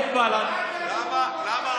למה עזמי בשארה לא בא?